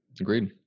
Agreed